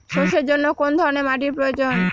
সরষের জন্য কোন ধরনের মাটির প্রয়োজন?